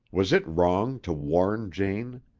was it wrong to warn jane?